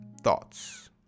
thoughts